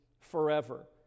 forever